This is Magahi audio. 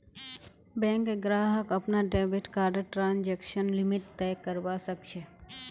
बैंक ग्राहक अपनार डेबिट कार्डर ट्रांजेक्शन लिमिट तय करवा सख छ